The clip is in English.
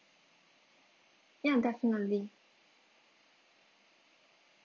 ya definitely